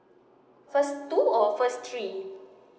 first two or first three